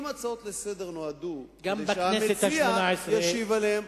אם הצעות לסדר-היום באות כדי שהמציע ישיב עליהן,